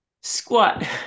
squat